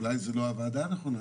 אולי זה לא הוועדה הנכונה,